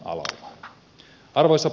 arvoisa puhemies